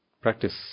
Practice